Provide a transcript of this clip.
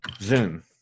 Zoom